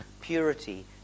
purity